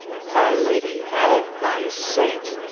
my lady, and my saint!